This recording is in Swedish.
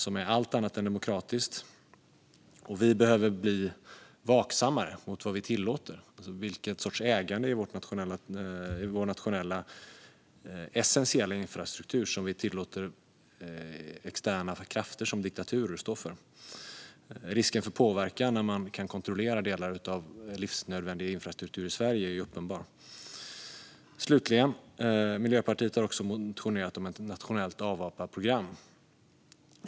Vi behöver bli vaksammare på vad vi tillåter och när det gäller vilken sorts ägande i vår nationella och essentiella infrastruktur som vi tillåter externa krafter, som diktaturer, att stå för. Risken för påverkan när man kan kontrollera delar av livsnödvändig infrastruktur i Sverige är ju uppenbar. Slutligen har Miljöpartiet också motionerat om ett nationellt avhopparprogram.